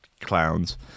clowns